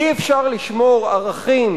אי-אפשר לשמור ערכים